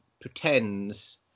pretends